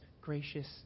gracious